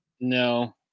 No